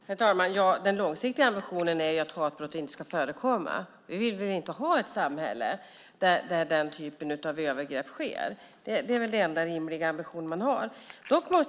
Herr talman! Den långsiktiga ambitionen är ju att hatbrott inte ska förekomma. Vi vill väl inte ha ett samhälle där den typen av övergrepp sker. Det är väl den enda rimliga ambitionen.